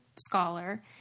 Scholar